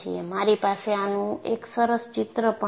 મારી પાસે આનું એક સરસ ચિત્ર પણ છે